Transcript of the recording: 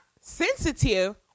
sensitive